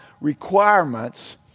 requirements